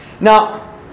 Now